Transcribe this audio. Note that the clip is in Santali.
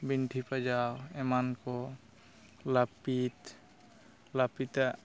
ᱵᱤᱱᱴᱷᱤ ᱯᱟᱡᱟᱣ ᱮᱢᱟᱱ ᱠᱚ ᱞᱟᱹᱯᱤᱛ ᱞᱟᱹᱯᱤᱛᱟᱜ